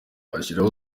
ashyiraho